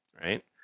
right